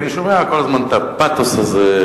אני שומע כל הזמן את הפתוס הזה,